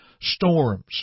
Storms